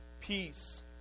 peace